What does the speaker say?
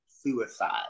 suicide